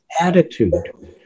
attitude